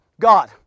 God